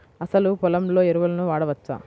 అసలు పొలంలో ఎరువులను వాడవచ్చా?